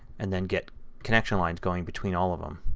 and then get connection lines going between all of them.